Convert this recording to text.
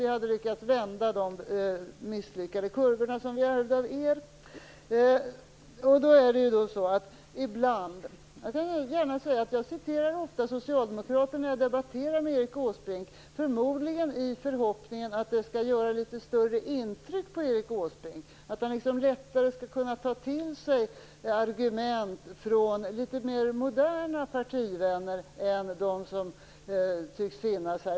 Vi hade lyckats vända de misslyckade kurvor som vi ärvde av er. Jag citerar ofta socialdemokrater när jag debatterar med Erik Åsbrink. Jag gör det förmodligen i förhoppning om att det skall göra litet större intryck på Erik Åsbrink. Jag hoppas att han lättare skall kunna ta till sig argument från partivänner som är litet mer moderna än dem som tycks finnas här.